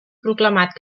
proclamat